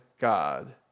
God